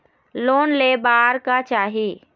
Loan ले बार का चाही?